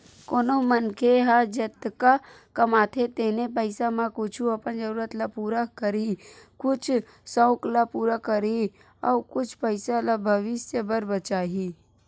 कोनो मनखे ह जतका कमाथे तेने पइसा म कुछ अपन जरूरत ल पूरा करही, कुछ सउक ल पूरा करही अउ कुछ पइसा ल भविस्य बर बचाही